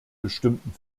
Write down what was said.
bestimmten